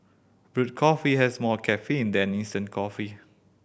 brewed coffee has more caffeine than instant coffee